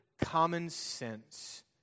common-sense